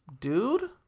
dude